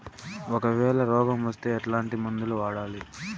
ఒకవేల రోగం వస్తే ఎట్లాంటి మందులు వాడాలి?